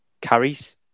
carries